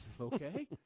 okay